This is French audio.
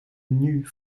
nue